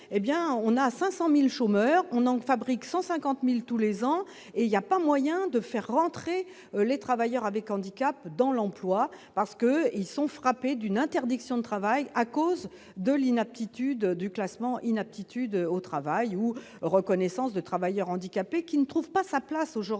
on a 500000 chômeurs on en fabrique 150000 tous les ans et il y a pas moyen de faire rentrer les travailleurs avec handicap dans l'emploi parce que ils sont frappés d'une interdiction de travail à cause de l'inaptitude du classement inaptitude au travail ou reconnaissance de travailleur handicapé qui ne trouve pas sa place aujourd'hui